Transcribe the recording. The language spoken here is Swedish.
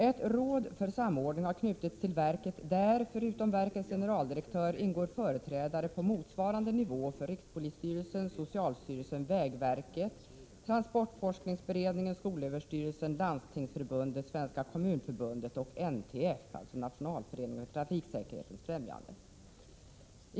Ett råd för samordning har knutits till verket, där förutom verkets generaldirektör även ingår företrädare på motsvarande nivå för rikspolisstyrelsen, socialstyrelsen, vägverket, transportforskningsberedningen, skolöverstyrelsen, Landstingsförbundet, Svenska kommunförbundet och NTF, dvs. Nationalföreningen för trafiksäkerhetens främjande.